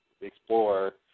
explore